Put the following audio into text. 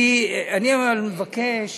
אבל אני מבקש,